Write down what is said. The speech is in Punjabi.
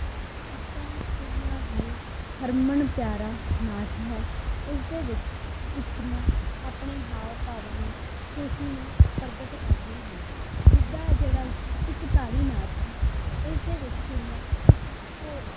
ਗਿੱਧਾ ਕੁੜੀਆਂ ਲਈ ਹਰਮਨ ਪਿਆਰਾ ਨਾਚ ਹੈ ਇਸ ਦੇ ਵਿੱਚ ਇਸਤਰੀਆਂ ਆਪਣੇ ਹਾਵ ਭਾਵਾਂ ਨੂੰ ਖੁਸ਼ੀ ਨੂੰ ਪ੍ਰਗਟ ਕਰਦੀਆਂ ਹਨ ਗਿੱਧਾ ਜਿਹੜਾ ਕਿ ਇੱਕ ਤਾੜੀ ਨਾਚ ਹੈ ਇਸਦੇ ਵਿੱਚ ਕੁੜੀਆਂ ਇੱਕ ਘੋ